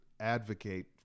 advocate